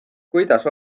kuidas